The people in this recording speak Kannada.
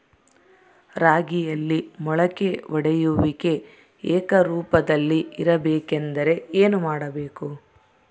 ರಾಗಿಯಲ್ಲಿ ಮೊಳಕೆ ಒಡೆಯುವಿಕೆ ಏಕರೂಪದಲ್ಲಿ ಇರಬೇಕೆಂದರೆ ಏನು ಮಾಡಬೇಕು?